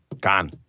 gone